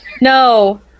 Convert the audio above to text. No